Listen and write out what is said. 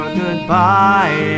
goodbye